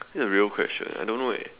this is a real question I don't know eh